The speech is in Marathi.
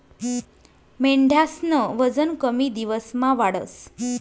मेंढ्यास्नं वजन कमी दिवसमा वाढस